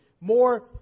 more